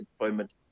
employment